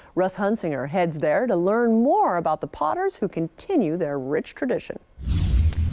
russ hunsinger heads there to learn more about the potters who continue their rich tradition.